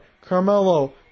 Carmelo